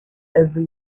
every